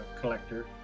collector